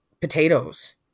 potatoes